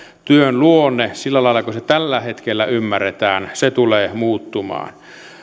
työn luonne sillä lailla kuin se tällä hetkellä ymmärretään tulee muuttumaan